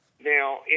Now